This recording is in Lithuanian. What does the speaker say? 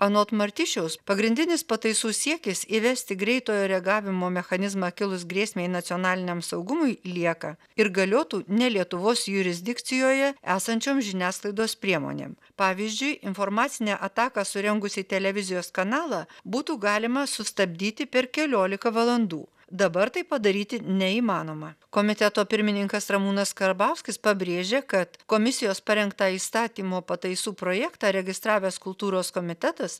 anot martišiaus pagrindinis pataisų siekis įvesti greitojo reagavimo mechanizmą kilus grėsmei nacionaliniam saugumui lieka ir galiotų ne lietuvos jurisdikcijoje esančiom žiniasklaidos priemonėm pavyzdžiui informacinę ataką surengus į televizijos kanalą būtų galima sustabdyti per kelioliką valandų dabar tai padaryti neįmanoma komiteto pirmininkas ramūnas karbauskis pabrėžė kad komisijos parengtą įstatymo pataisų projektą registravęs kultūros komitetas